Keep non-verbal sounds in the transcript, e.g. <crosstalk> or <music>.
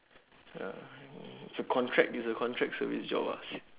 <breath> uh it's a contract it's a contract service job ah s~